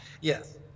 Yes